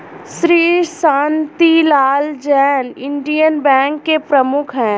Shri Shantilal Jain Indian Bank के प्रमुख है